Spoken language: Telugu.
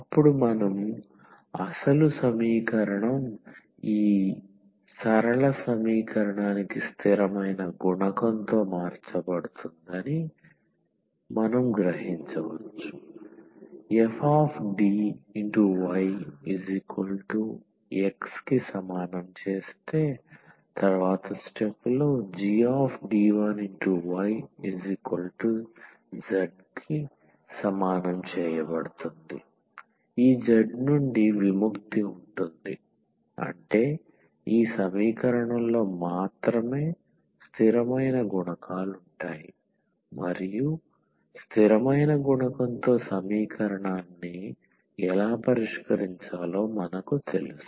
అప్పుడు మన అసలు సమీకరణం ఈ సరళ సమీకరణానికి స్థిరమైన గుణకంతో మార్చబడుతుందని మనం గ్రహించవచ్చు fDyX⟹ gD1yZ ఈ Z నుండి విముక్తి ఉంటుంది అంటే ఈ సమీకరణంలో మాత్రమే స్థిరమైన గుణకాలు ఉంటాయి మరియు స్థిరమైన గుణకంతో సమీకరణాన్ని ఎలా పరిష్కరించాలో మనకు తెలుసు